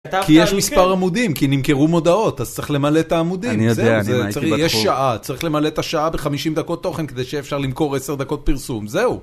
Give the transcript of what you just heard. כי יש מספר עמודים, כי נמכרו מודעות, אז צריך למלא את העמודים, זהו, זה צריך, יש שעה, צריך למלא את השעה ב-50 דקות תוכן כדי שיהיה אפשר למכור 10 דקות פרסום, זהו.